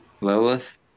Lilith